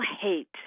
hate